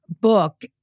book